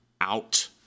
out